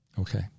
Okay